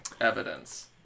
evidence